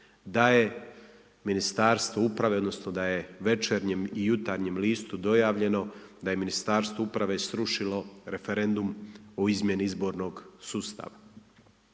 da je Ministarstvo uprave odnosno da je Večernjem i Jutarnjem listu dojavljeno da je Ministarstvo uprave srušilo referendum o izmjeni Izbornog sustava.